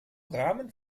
rahmen